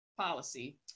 policy